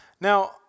now